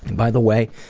by the way,